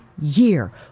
year